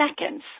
seconds